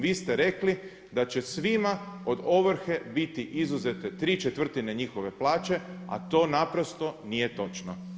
Vi ste rekli da će svima od ovrhe biti izuzete tri četvrtine njihove plaće, a to naprosto nije točno.